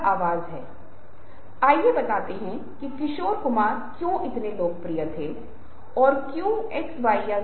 यहा सब जब की रोम मे रहने पर रोमेन्स की तरह पेश आने जैसा है